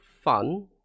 fun